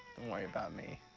worry about me.